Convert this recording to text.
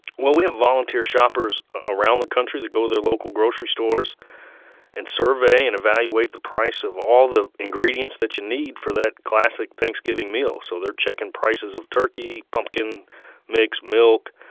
well, we have volunteer shoppers around the country that go to their local grocery stores and survey and evaluate the price of all the ingredients that you need for that classic thanksgiving meal. so they're checking prices of turkey, pumpkin mix, milk,